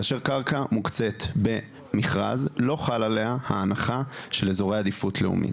כאשר קרקע מוקצית במכרז לא חלה עליה ההנחה של אזורי עדיפות לאומית.